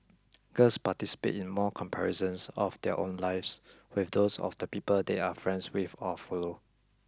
girls participate in more comparisons of their own lives with those of the people they are friends with or follow